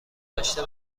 داشته